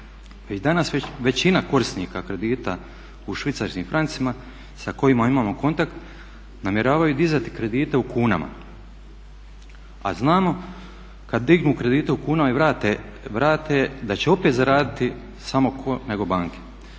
I danas većina korisnika kredita u švicarskim francima sa kojima imamo kontakt namjeravaju dizati kredite u kunama, a znamo kada dignu kredite u kunama i vrate da će opet zaraditi samo tko